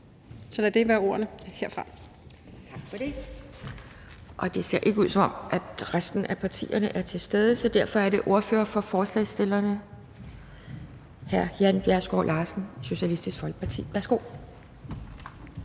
(Pia Kjærsgaard): Tak for det. Det ser ikke ud til, at resten af partierne er til stede, så derfor er det ordfører for forslagsstillerne hr. Jan Bjergskov Larsen, Socialistisk Folkeparti. Værsgo.